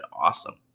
awesome